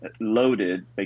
loaded